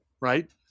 Right